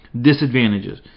Disadvantages